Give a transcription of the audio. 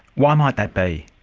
why might that be?